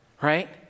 Right